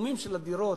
של הדירות,